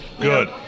Good